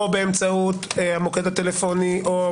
או באמצעות המוקד הטלפוני או